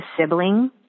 sibling